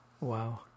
Wow